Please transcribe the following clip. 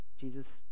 Jesus